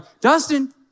Dustin